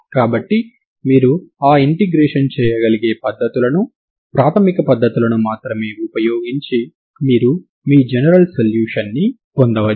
కాబట్టి మీరు ఆ ఇంటిగ్రేషన్ చేయగలిగే పద్ధతులను ప్రాథమిక పద్ధతులను మాత్రమే ఉపయోగించి మీరు మీ జనరల్ సొల్యూషన్ ని పొందవచ్చు